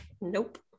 Nope